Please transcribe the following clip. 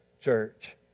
church